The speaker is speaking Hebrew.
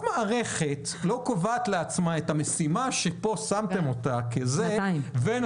מערכת לא קובעת לעצמה את המשימה שכאן שמתם אותה ונותנת